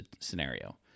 scenario